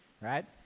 right